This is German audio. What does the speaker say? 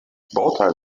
bauteil